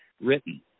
written